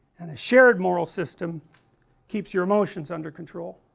and a shared moral system keeps your emotions under control,